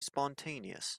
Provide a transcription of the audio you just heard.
spontaneous